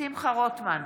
שמחה רוטמן,